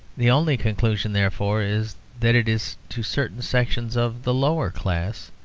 the only conclusion, therefore, is that it is to certain sections of the lower class,